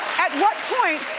at what point